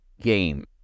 game